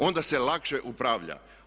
Onda se lakše upravlja.